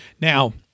Now